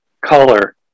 color